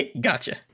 Gotcha